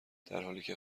درحالیکه